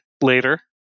later